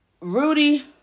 Rudy